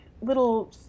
little